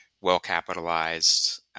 well-capitalized